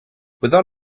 without